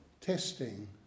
testing